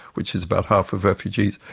which is about half of refugees,